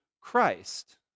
Christ